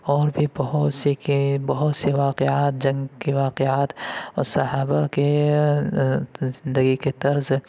اور بھی بہت سے کے بہت سے واقعات جنگ کے واقعات اور صحابہ کے زندگی کے طرز